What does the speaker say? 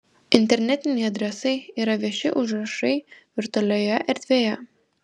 internetiniai adresai yra vieši užrašai virtualioje erdvėje